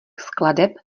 skladeb